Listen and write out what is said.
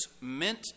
meant